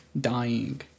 dying